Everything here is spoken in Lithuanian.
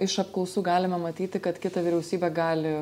iš apklausų galime matyti kad kitą vyriausybę gali